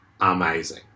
amazing